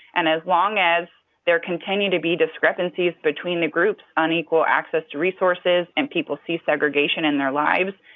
and as long as there continue to be discrepancies between the groups on equal access to resources and people see segregation in their lives,